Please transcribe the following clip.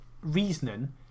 reasoning